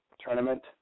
tournament